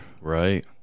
Right